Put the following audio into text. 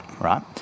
right